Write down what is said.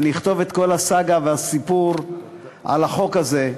אני אכתוב את כל הסאגה והסיפור של החוק הזה,